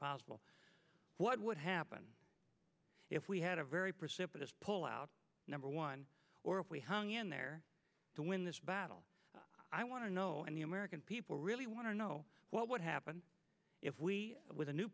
possible what would happen if we had a very precipitous pullout number one or if we hung in there to win this battle i want to know and the american people really want to know what would happen if we with a new